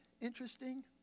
interesting